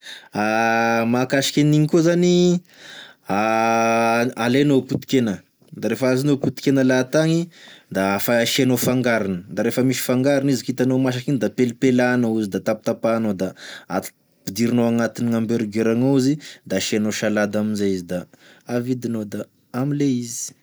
Mahakasiky an'igny koa zany, alainao potikena da refa azonao potikena lahatagny da afa asianao fangarony, da refa misy fangarony izy k'itanao masaky igny da pelipelahanao izy da tapatapahanao da ap- ampidirinao agnatin'ny hamburger gnao izy da asianao salady amizay izy da avidinao da amle izy.